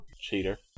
Cheater